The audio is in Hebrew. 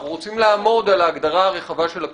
אנחנו רוצים לעמוד על ההגדרה הרחבה של הפרסומת.